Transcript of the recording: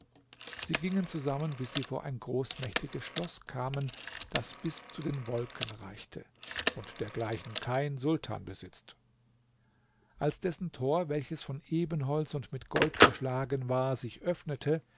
sie gingen zusammen bis sie vor ein großmächtiges schloß kamen das bis zu den wolken reichte und dergleichen kein sultan besitzt als dessen tor welches von ebenholz und mit gold beschlagen war sich öffnete